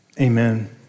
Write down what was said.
amen